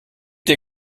dir